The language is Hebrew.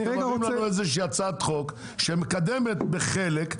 אתם מביאים לנו איזושהי הצעת חוק שמקדמת בחלק,